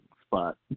spot